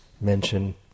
mention